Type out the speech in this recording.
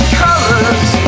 colors